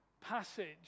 passage